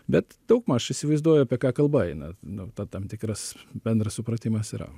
bet daugmaž įsivaizduoju apie ką kalba eina no ta tam tikras bendras supratimas yra